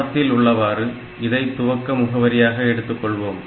படத்தில் உள்ளவாறு இதைத் துவக்க முகவரியாக எடுத்துக்கொள்வோம்